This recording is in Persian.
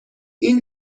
این